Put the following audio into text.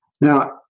Now